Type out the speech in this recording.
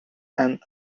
and